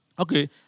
Okay